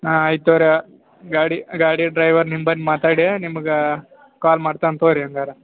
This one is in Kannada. ಹಾಂ ಆಯ್ತು ತೊಗೊರಿ ಗಾಡಿ ಗಾಡಿ ಡ್ರೈವರ್ ನಿಮ್ಮ ಬಂದ್ ಮಾತಾಡಿ ನಿಮಗೆ ಕಾಲ್ ಮಾಡ್ತಾನೆ ತೊಗೊರಿ ಹೆಂಗಾರೂ